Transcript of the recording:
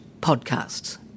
podcasts